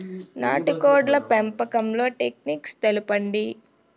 నాటుకోడ్ల పెంపకంలో టెక్నిక్స్ తెలుపండి?